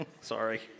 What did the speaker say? Sorry